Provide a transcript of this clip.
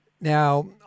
Now